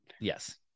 Yes